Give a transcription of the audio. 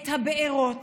את הבארות".